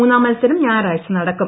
മൂന്നാം മത്സരം ഞായറാഴ്ച നടക്കും